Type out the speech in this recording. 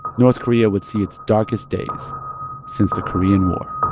north korea would see its darkest days since the korean war